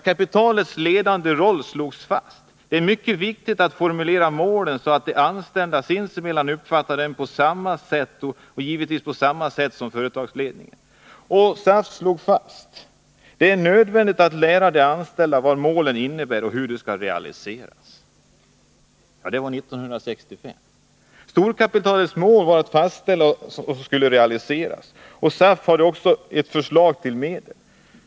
Kapitalets ledande roll slogs fast: ”Det är mycket viktigt att formulera målen så att de anställda sinsemellan uppfattar dem på samma sätt och givetvis på samma sätt som företagsledningen.” SAF slog vidare fast: ”Det är också nödvändigt att lära de anställda vad målen innebär och hur de skall realiseras.” Det var 1965. Storkapitalets mål var fastställda och skulle realiseras. SAF hade också förslag till medel.